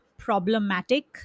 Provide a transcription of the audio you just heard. Problematic